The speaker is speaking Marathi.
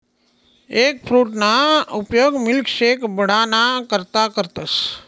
एगफ्रूटना उपयोग मिल्कशेक बनाडाना करता करतस